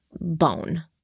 bone